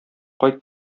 кайт